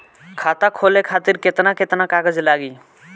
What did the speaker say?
खाता खोले खातिर केतना केतना कागज लागी?